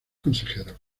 consejeros